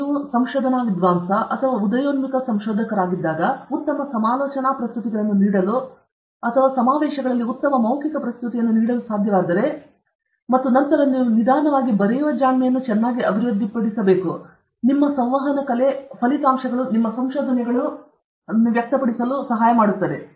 ನೀವು ಸಂಶೋಧನಾ ವಿದ್ವಾಂಸ ಅಥವಾ ಉದಯೋನ್ಮುಖ ಸಂಶೋಧಕರಾಗಿದ್ದಾಗ ಉತ್ತಮ ಸಮಾಲೋಚನಾ ಪ್ರಸ್ತುತಿಗಳನ್ನು ನೀಡಲು ಅಥವಾ ನೀವು ಸಮಾವೇಶಗಳಲ್ಲಿ ಉತ್ತಮ ಮೌಖಿಕ ಪ್ರಸ್ತುತಿಯನ್ನು ನೀಡಲು ಸಾಧ್ಯವಾದರೆ ಮತ್ತು ನಂತರ ನೀವು ನಿಧಾನವಾಗಿ ಬರೆಯುವ ಜಾಣ್ಮೆಯನ್ನು ಚೆನ್ನಾಗಿ ಅಭಿವೃದ್ಧಿಪಡಿಸಬೇಕು ನಿಮ್ಮ ಸಂವಹನ ಕಲೆ ಫಲಿತಾಂಶಗಳು ನಿಮ್ಮ ಸಂಶೋಧನೆಗಳು ಫಲಿತಾಂಶಗಳು